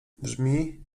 brzmi